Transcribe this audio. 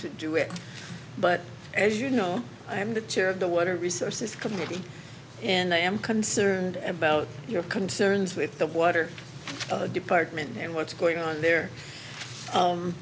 to do it but as you know i am the chair of the water resources committee and i am concerned about your concerns with the water department and what's going on there